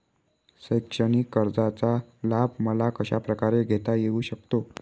शैक्षणिक कर्जाचा लाभ मला कशाप्रकारे घेता येऊ शकतो?